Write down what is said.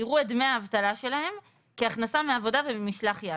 יראו את דמי האבטלה שלהם כהכנסה מעבודה וממשלח יד.